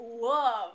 love